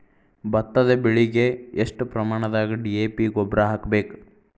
ಭತ್ತದ ಬೆಳಿಗೆ ಎಷ್ಟ ಪ್ರಮಾಣದಾಗ ಡಿ.ಎ.ಪಿ ಗೊಬ್ಬರ ಹಾಕ್ಬೇಕ?